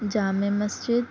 Jama Masjid